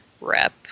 rep